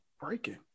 Breaking